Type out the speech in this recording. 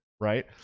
Right